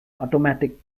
automatic